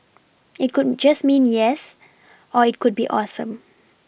it could just mean yes or it could be awesome